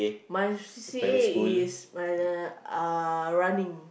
my C_C_A is uh running